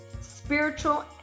spiritual